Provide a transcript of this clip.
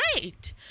great